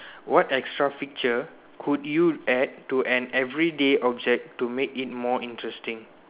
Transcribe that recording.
what extra feature could you add to an everyday object to make it more interesting